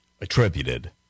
attributed